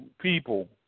people